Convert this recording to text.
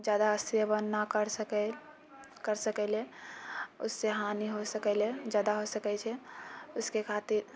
जादा सेवन ना कर सकै कर सकैले उससे हानि हो सकैले जादा हो सकै छै उसके खातिर